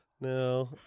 No